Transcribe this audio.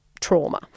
trauma